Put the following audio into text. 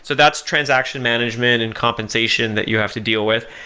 so that's transaction management and compensation that you have to deal with.